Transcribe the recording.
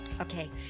okay